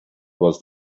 was